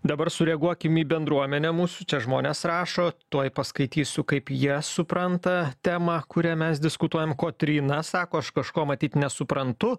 dabar su reaguokim į bendruomenę mūsų čia žmonės rašo tuoj paskaitysiu kaip jie supranta temą kuria mes diskutuojam kotryna sako aš kažko matyt nesuprantu